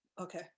Okay